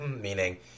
meaning